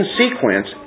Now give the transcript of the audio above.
sequence